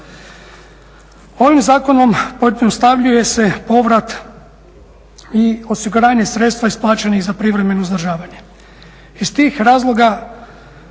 Ovim zakonom pojednostavljuje se povrat i osiguranje sredstava isplaćenih za privremeno uzdržavanje.